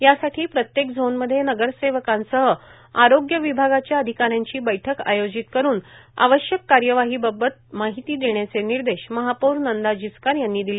यासाठी प्रत्येक झोनमध्ये नगरसेवकांसह आरोग्य विभागाच्या अधिका यांची बैठक आयोजित करून आवश्यक कार्यवाहीबाबत माहिती देण्याचे निर्देश महापौर नंदा जिचकार यांनी दिले